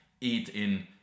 eat-in